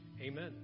Amen